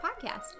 podcast